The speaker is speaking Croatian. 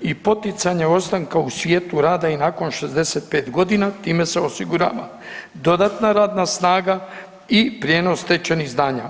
i poticanja ostanka u svijetu rada i nakon 65 godina, time se osigurava dodatna radna snaga i prijenos stečenih znanja.